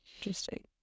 Interesting